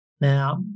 Now